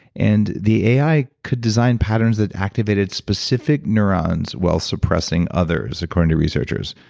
and the ai could design patterns that activated specific neurons while suppressing others according to researchers.